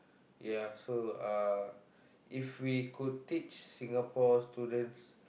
ya so uh if we could teach Singapore students